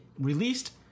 released